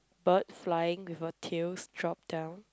bird flying with a tails drop down